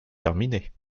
terminé